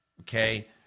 Okay